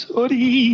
Sorry